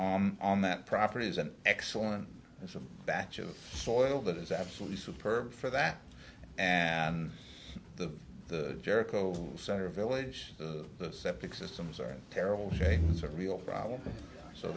system on that property is an excellent batch of soil that is absolutely superb for that and the jericho center village the septic systems are in terrible shape it's a real problem so